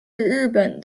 日本